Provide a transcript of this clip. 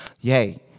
yay